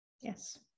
Yes